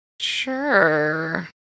Sure